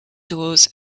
doors